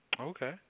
Okay